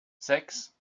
sechs